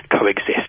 coexist